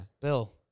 Bill